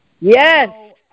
Yes